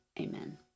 Amen